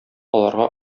аларга